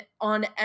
on